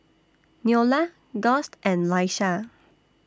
Neola Gust and Laisha